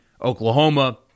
Oklahoma